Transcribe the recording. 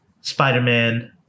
Spider-Man